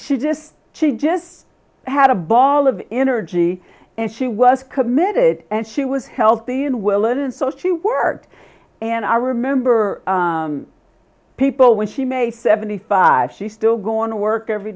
she just she just had a ball of energy and she was committed and she was healthy and well and and so she worked and i remember people when she may seventy five she still going to work every